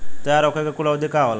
तैयार होखे के कूल अवधि का होला?